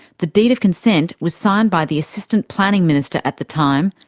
the deed of consent was signed by the assistant planning minister at the time,